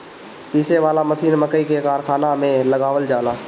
पीसे वाला मशीन मकई के कारखाना में लगावल जाला